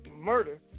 murder